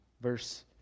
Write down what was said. verse